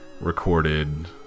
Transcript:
recorded